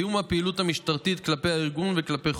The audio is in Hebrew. תיאום הפעילות המשטרתית כלפי הארגון וכלפי